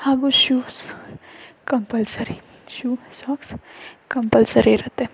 ಹಾಗೂ shoes compulsory shoe socks compulsory ಇರುತ್ತೆ